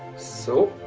so